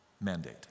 mandate